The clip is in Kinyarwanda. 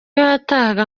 yatahaga